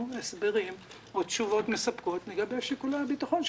הסברים או תשובות מספקות לגבי שיקולי הביטחון.